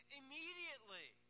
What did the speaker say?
immediately